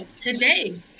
today